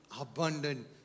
abundant